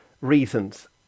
reasons